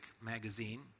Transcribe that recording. magazine